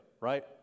right